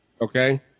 Okay